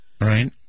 Right